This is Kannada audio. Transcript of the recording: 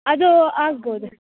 ಅದು ಆಗ್ಬೋದಾ